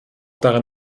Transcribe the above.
daran